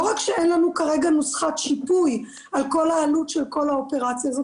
לא רק שאין לנו כרגע נוסחת שיפוי על כל העלות של כל האופרציה הזו,